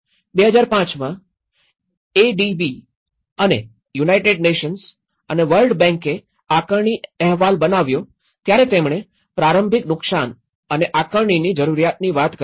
૨૦૦૫માં જ્યારે એડીબી અને United Nations અને વર્લ્ડ બેંકે આકારણી અહેવાલ બનાવ્યો ત્યારે તેમણે પ્રારંભિક નુકસાન અને આકારણીની જરૂરિયાતની વાત કરી છે